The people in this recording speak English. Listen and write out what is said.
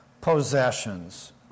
possessions